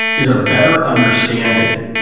is a better understanding